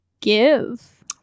give